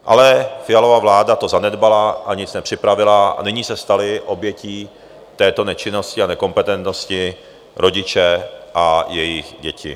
Ale Fialova vláda to zanedbala, nic nepřipravila a nyní se stali obětí této nečinnosti a nekompetentnosti rodiče a jejich děti.